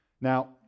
Now